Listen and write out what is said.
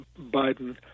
Biden